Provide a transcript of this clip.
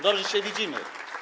Dobrze, że się widzimy.